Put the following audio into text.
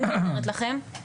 אני אומרת לכם,